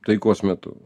taikos metu